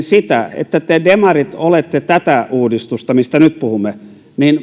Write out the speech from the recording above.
sitä että te demarit olette tätä uudistusta mistä nyt puhumme